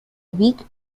weak